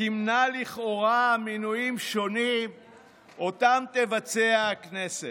תמנע לכאורה מינויים שונים שאותם תבצע הכנסת.